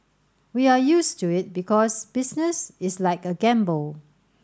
we are used to it because business is like a gamble